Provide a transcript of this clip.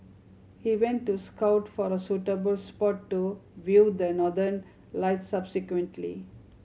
he went to scout for a suitable spot to view the Northern Lights subsequently